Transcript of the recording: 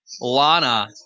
Lana